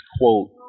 quote